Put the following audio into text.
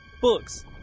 books